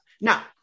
Now